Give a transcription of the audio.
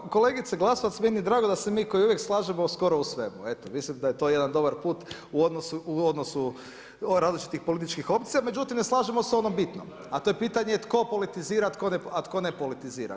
Pa evo kolegice Glasovac, meni je drago da se mi kao i uvijek slažemo skoro u svemu, mislim da je to jedan dobar put u odnosu različitih političkih opcija međutim ne slažemo se u onom bitnom, a to je pitanje tko politizira, a tko ne politizira.